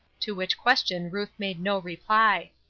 to which question ruth made no reply